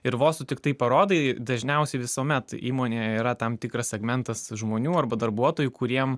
ir vos tu tiktai parodai dažniausiai visuomet įmonėje yra tam tikras segmentas žmonių arba darbuotojų kuriem